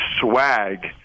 swag